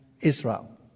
Israel